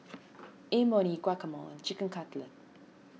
Imoni Guacamole Chicken Cutlet